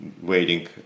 waiting